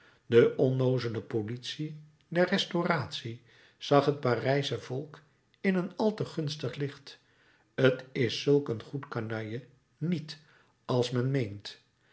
de onnoozele politie der restauratie zag het parijsche volk in een al te gunstig licht t is zulk een goed kanalje niet als men meent